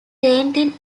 painting